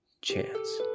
chance